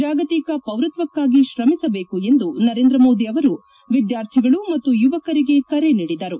ಜಾಗತಿಕ ಪೌರತ್ವಕ್ಕಾಗಿ ಶ್ರಮಿಸಬೇಕು ಎಂದು ನರೇಂದ್ರ ಮೋದಿ ಅವರು ವಿದ್ವಾರ್ಥಿಗಳು ಮತ್ತು ಯುವಕರಿಗೆ ಕರೆ ನೀಡಿದರು